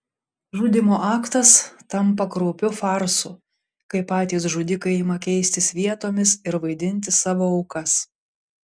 žudymo aktas tampa kraupiu farsu kai patys žudikai ima keistis vietomis ir vaidinti savo aukas